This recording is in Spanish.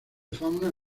fauna